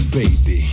baby